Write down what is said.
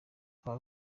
aba